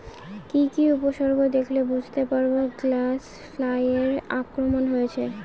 কি কি উপসর্গ দেখলে বুঝতে পারব গ্যাল ফ্লাইয়ের আক্রমণ হয়েছে?